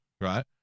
right